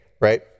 right